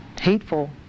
hateful